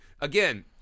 again